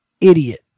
idiot